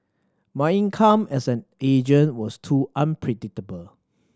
my income as an agent was too unpredictable